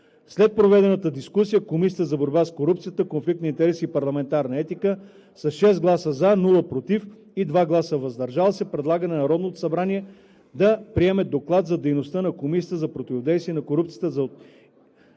След проведената дискусия Комисията за борба с корупцията, конфликт на интереси и парламентарна етика с 6 гласа „за“, без „против“ и 2 гласа „въздържал се“ предлага на Народното събрание да приеме Доклад за дейността на Комисията за противодействие на корупцията и за отнемане